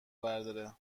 برداره